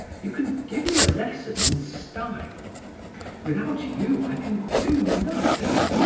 you can give me a lesson in style without you i can do nothing.